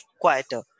quieter